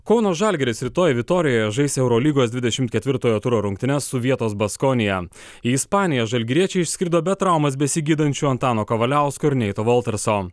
kauno žalgiris rytoj vitorijoje žais eurolygos dvidešimt ketvirtojo turo rungtynes su vietos baskonija į ispaniją žalgiriečiai išskrido be traumas besigydančių antano kavaliausko ir neito voltarso